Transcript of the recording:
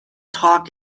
talk